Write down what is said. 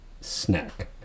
Snack